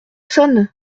personnes